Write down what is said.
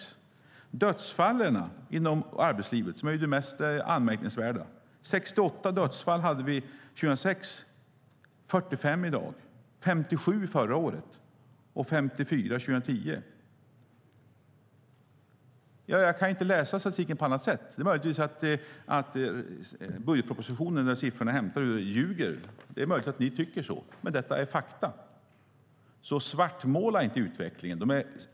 När det gäller dödsfall inom arbetslivet, som ju är det mest anmärkningsvärda, var det 68 dödsfall 2006. I dag är det 45. Förra året var det 57, och 2010 var det 54. Jag kan inte läsa statistiken på något annat sätt. Möjligtvis tycker ni att budgetpropositionen, där siffrorna är hämtade, ljuger, men detta är fakta. Svartmåla inte utvecklingen.